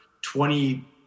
twenty